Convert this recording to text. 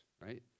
right